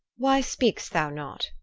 why speak'st thou not?